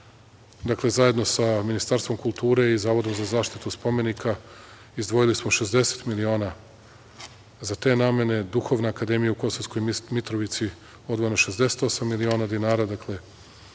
Dakle, već zajedno sa Ministarstvom kulture i Zavodom za zaštitu spomenika izdvojili smo 60 miliona za te namene. Duhovna akademija u Kosovskoj Mitrovici, odvojeno 68 miliona dinara. Ono